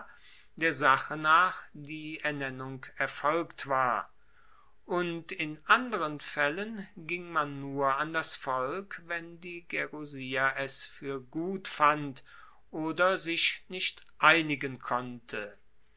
der sache nach die ernennung erfolgt war und in anderen faellen ging man nur an das volk wenn die gerusia es fuer gut fand oder sich nicht einigen konnte